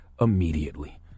immediately